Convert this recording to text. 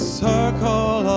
circle